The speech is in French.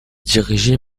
dirigée